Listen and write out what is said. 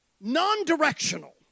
non-directional